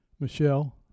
Michelle